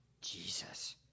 Jesus